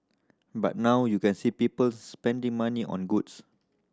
but now you can see people spending money on goods